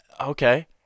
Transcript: Okay